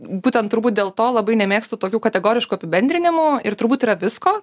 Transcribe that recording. būtent turbūt dėl to labai nemėgstu tokių kategoriškų apibendrinimų ir turbūt yra visko